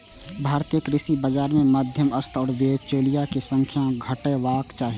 भारतीय कृषि बाजार मे मध्यस्थ या बिचौलिया के संख्या घटेबाक चाही